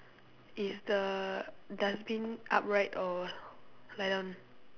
is the dustbin upright or lie down